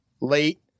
late